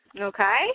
Okay